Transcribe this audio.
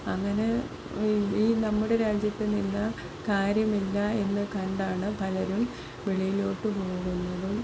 അങ്ങനെ ഈ ഈ നമ്മുടെ രാജ്യത്തിൽ നിന്ന് കാര്യമില്ല എന്ന് കണ്ടാണ് പലരും വെളിയിലോട്ട് പോകുന്നതും